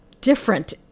different